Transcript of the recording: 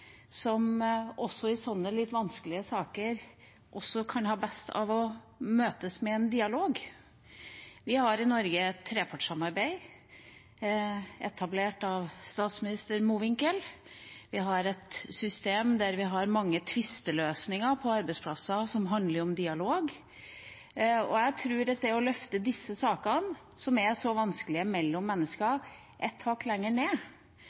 i sånne litt vanskelige saker kan ha best av å møtes med dialog? Vi har i Norge et trepartssamarbeid, etablert av statsminister Mowinckel. Vi har et system der vi har mange tvisteløsninger på arbeidsplassene som handler om dialog. Jeg tror at det å løfte disse sakene – som er vanskelige – mellom mennesker et hakk lenger ned